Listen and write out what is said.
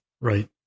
Right